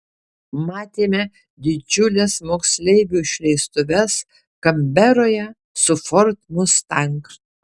matėme didžiules moksleivių išleistuves kanberoje su ford mustang